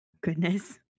Goodness